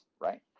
right